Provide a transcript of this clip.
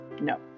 no